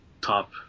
top